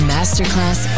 Masterclass